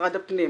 משרד הפנים,